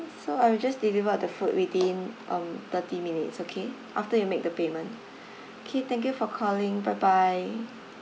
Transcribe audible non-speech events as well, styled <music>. so I will just deliver the food within um thirty minutes okay after you make the payment <breath> okay thank you for calling bye bye